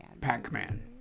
Pac-Man